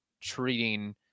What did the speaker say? treating